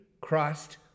Christ